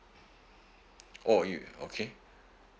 oh you okay